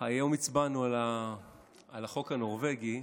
היום הצבענו על החוק הנורבגי.